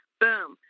boom